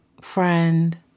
friend